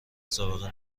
سابقه